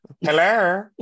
Hello